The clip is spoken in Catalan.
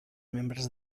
membres